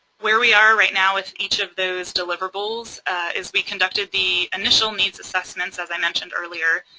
where we are right now with each of those deliverables is we conducted the initial needs assessments as i mentioned earlier.